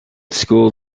school